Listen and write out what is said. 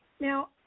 Now